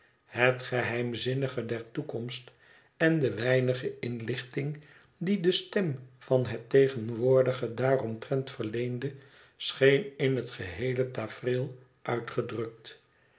het geheimzinnige der toekomst en de weinige inlichting die de stem van het tegenwoordige daaromtrent verleende scheen in het geheele tafereel uitgedrukt